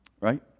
right